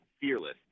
fearless